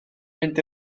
fynd